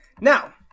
Now